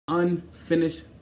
unfinished